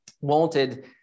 wanted